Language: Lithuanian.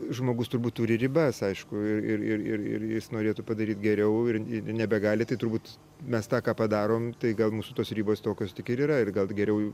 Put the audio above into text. žmogus turbūt turi ribas aišku ir ir ir ir ir jis norėtų padaryt geriau ir ir nebegali tai turbūt mes tą ką padarom tai gal mūsų tos ribos tokios tik ir yra ir gal geriau